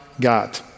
God